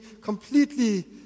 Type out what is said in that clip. completely